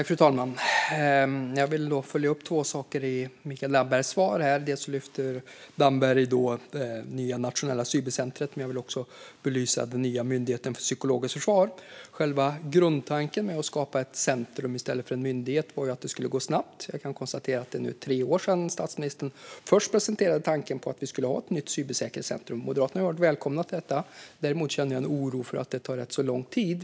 Fru talman! Jag vill följa upp två saker i Mikael Dambergs svar. Dels lyfter Damberg det nya nationella cybersäkerhetscentret, dels vill jag belysa den nya myndigheten för psykologiskt försvar. Själva grundtanken med att skapa ett center i stället för en myndighet var ju att det skulle gå snabbt. Jag kan konstatera att det nu är tre år sedan statsministern först presenterade tanken att vi skulle ha ett nytt cybersäkerhetscenter. Moderaterna har välkomnat detta. Dock känner jag en oro för att det tar rätt så lång tid.